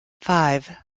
five